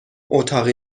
اتاقی